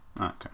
okay